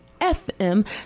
FM